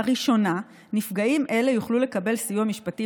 לראשונה נפגעים אלה יוכלו לקבל סיוע משפטי